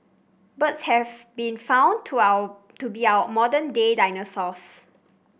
birds have been found to our to be our modern day dinosaurs